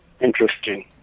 interesting